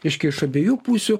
reiškia iš abiejų pusių